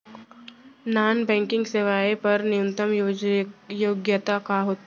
Non banking सेवाएं बर न्यूनतम योग्यता का हावे?